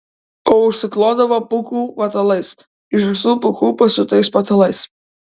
o užsiklodavo pūkų patalais iš žąsų pūkų pasiūtais patalais